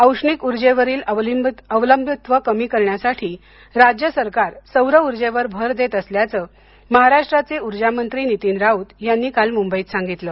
औष्णिक उर्जेवरील अवलंबित्व कमी करण्यासाठी राज्य सरकार सौर उर्जेवर भर देत असल्याचं महाराष्ट्राचे ऊर्जा मंत्री नितीन राउत यांनी काल मुंबईत सांगितलं